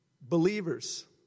Believers